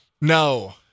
No